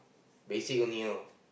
basic only orh